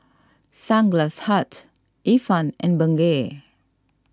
Sunglass Hut Ifan and Bengay